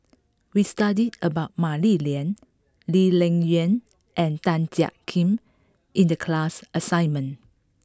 we studied about Mah Li Lian Lee Ling Yen and Tan Jiak Kim in the class assignment